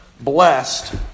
Blessed